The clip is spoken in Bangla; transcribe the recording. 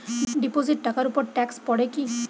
ডিপোজিট টাকার উপর ট্যেক্স পড়ে কি?